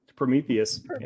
Prometheus